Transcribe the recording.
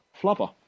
Flubber